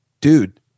Dude